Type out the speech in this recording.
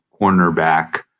cornerback